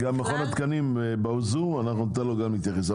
מכון התקנים בזום וניתן לו גם להתייחס.